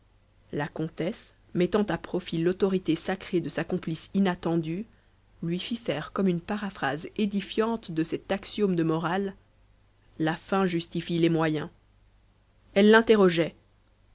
la comtesse mettant à profit l'autorité sacrée de sa complice inattendue lui fit faire comme une paraphrase édifiante de cet axiome de morale la fin justifie les moyens elle l'interrogeait